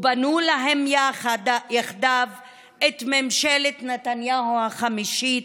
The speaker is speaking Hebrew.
ובנו להם יחדיו את ממשלת נתניהו החמישית,